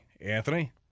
Anthony